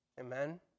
Amen